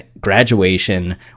graduation